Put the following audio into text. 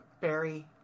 Barry